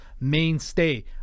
mainstay